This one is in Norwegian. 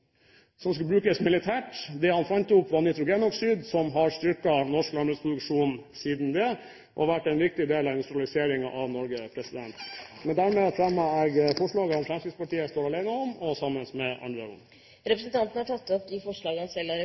som skulle brukes militært. Det han fant opp, var nitrogenoksid, som har styrket norsk landbruksproduksjon siden, og vært en viktig del av industrialiseringen av Norge. Dermed fremmer jeg forslagene Fremskrittspartiet står alene om, og dem vi er sammen med andre om. Representanten Tord Lien har tatt opp de forslagene han